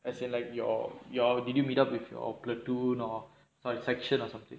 as in like your your did you meet up with your platoon or section or something